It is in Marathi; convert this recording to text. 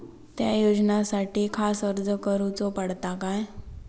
त्या योजनासाठी खास अर्ज करूचो पडता काय?